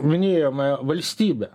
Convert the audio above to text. minėjome valstybę